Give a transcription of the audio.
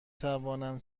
توانم